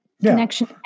connection